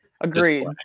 Agreed